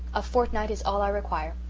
a fortnight is all i require.